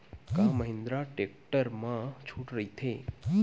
का महिंद्रा टेक्टर मा छुट राइथे?